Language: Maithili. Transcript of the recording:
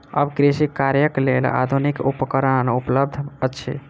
आब कृषि कार्यक लेल आधुनिक उपकरण उपलब्ध अछि